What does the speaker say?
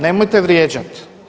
Nemojte vrijeđati!